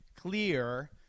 clear